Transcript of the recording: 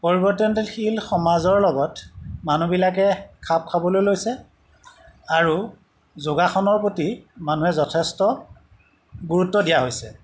পৰিৱৰ্তনশীল সমাজৰ লগত মানুহবিলাকে খাপ খাবলৈ লৈছে আৰু যোগাসনৰ প্ৰতি মানুহে যথেষ্ট গুৰুত্ব দিয়া হৈছে